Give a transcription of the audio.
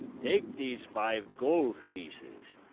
take these five gold pieces.